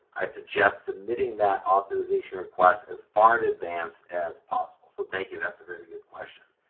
i suggest submitting that authorization request as far in advance as possible. so thank you that's a very good question.